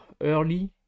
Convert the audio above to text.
early